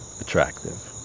attractive